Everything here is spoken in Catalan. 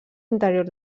interior